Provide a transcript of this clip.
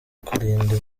kurinda